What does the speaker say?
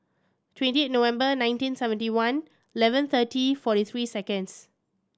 twenty eight November nineteen seventy one eleven thirty forty three seconds